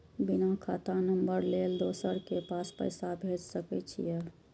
बिना खाता नंबर लेल दोसर के पास पैसा भेज सके छीए?